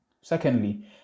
Secondly